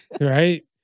Right